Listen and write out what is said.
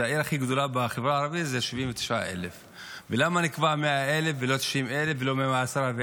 העיר הכי גדולה בחברה הערבית זה 79,000. למה נקבע 100,000 ולא 90,000 ולא 110,000?